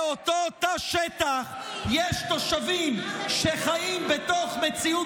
באותו תא שטח יש תושבים שחיים בתוך מציאות